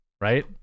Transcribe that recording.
right